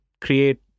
create